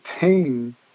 pain